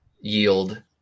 yield